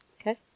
Okay